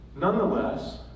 Nonetheless